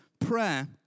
Prayer